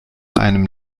einem